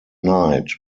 night